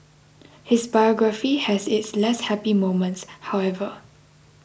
his biography has its less happy moments however